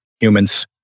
humans